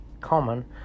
common